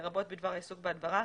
לרבות בדבר העיסוק בהדברה,